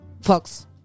fox